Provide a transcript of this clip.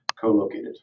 co-located